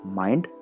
mind